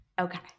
Okay